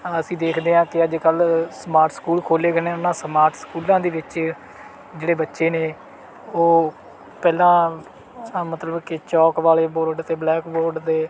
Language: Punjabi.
ਅਸੀਂ ਦੇਖਦੇ ਹਾਂ ਕਿ ਅੱਜ ਕੱਲ੍ਹ ਸਮਾਰਟ ਸਕੂਲ ਖੋਲ੍ਹੇ ਗਏ ਨੇ ਇਹਨਾਂ ਸਮਾਰਟ ਸਕੂਲਾਂ ਦੇ ਵਿੱਚ ਜਿਹੜੇ ਬੱਚੇ ਨੇ ਉਹ ਪਹਿਲਾਂ ਸ ਮਤਲਬ ਕਿ ਚੌਕ ਵਾਲੇ ਬੋਰਡ 'ਤੇ ਬਲੈਕ ਬੋਰਡ ਦੇ